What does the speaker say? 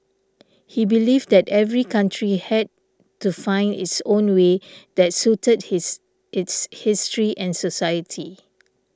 he believed that every country had to find its own way that suited his its history and society